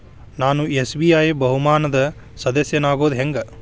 ನಾನು ಎಸ್.ಬಿ.ಐ ಬಹುಮಾನದ್ ಸದಸ್ಯನಾಗೋದ್ ಹೆಂಗ?